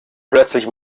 plötzlich